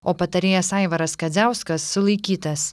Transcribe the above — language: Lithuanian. o patarėjas aivaras kadziauskas sulaikytas